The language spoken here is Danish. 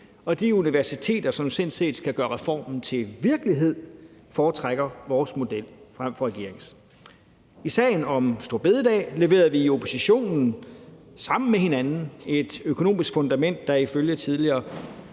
og de universiteter, som sådan set skal gøre reformen til virkelighed, foretrækker vores model frem for regeringens. I sagen om store bededag leverede vi i oppositionen sammen med hinanden et økonomisk fundament, der ifølge tidligere